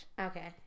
Okay